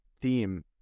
theme